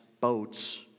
boats